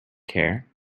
care